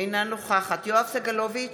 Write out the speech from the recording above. אינה נוכחת יואב סגלוביץ'